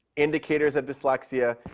indicators of dyslexia.